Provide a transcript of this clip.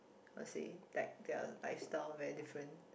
how say like their lifestyle very different